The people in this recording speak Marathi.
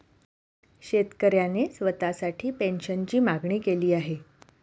शेतकऱ्याने स्वतःसाठी पेन्शनची मागणी केली आहे